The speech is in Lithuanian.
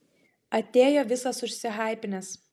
atėjo visas užsihaipinęs